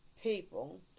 people